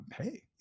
Hey